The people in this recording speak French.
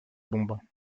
bombe